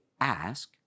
ask